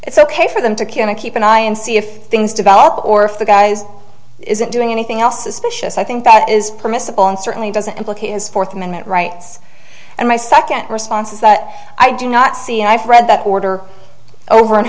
it's ok for them to can i keep an eye and see if things develop or if the guys isn't doing anything else suspicious i think that is permissible and certainly doesn't implicate his fourth amendment rights and my second response is that i do not see i fred that order over and